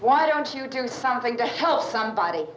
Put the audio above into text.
why don't you do something to help somebody